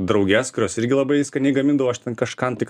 drauges kurios irgi labai skaniai gamindavo aš ten kažkam tik